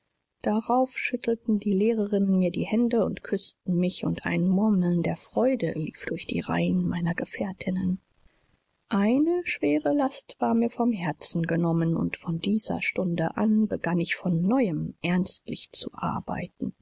darauf schüttelten die lehrerinnen mir die hände und küßten mich und ein murmeln der freude lief durch die reihen meiner gefährtinnen eine schwere last war mir vom herzen genommen und von dieser stunde an begann ich von neuem ernstlich zu arbeiten